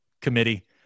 committee